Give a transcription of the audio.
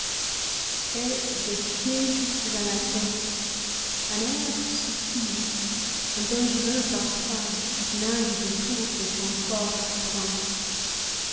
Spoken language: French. des pieds jusques à la tête un air subtil un dangereux parfum nagent autour de son corps brun